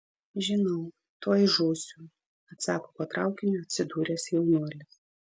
žinau tuoj žūsiu atsako po traukiniu atsidūręs jaunuolis